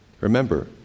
Remember